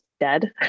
dead